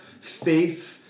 faith